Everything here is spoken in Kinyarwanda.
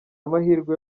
amahirwe